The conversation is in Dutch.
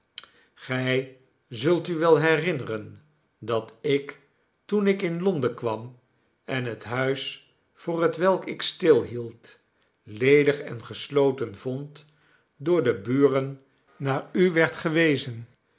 gij zult u wel herinneren dat ik toen ik in londen kwam en het huis voor hetwelk ik stilhield ledig en gesloten vond door de buren naar u werd gewezen